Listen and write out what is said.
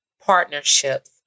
partnerships